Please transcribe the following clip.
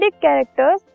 characters